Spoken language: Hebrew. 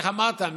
איך אמרת?